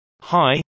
Hi